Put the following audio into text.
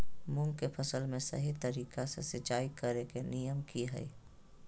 मूंग के फसल में सही तरीका से सिंचाई करें के नियम की हय?